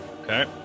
Okay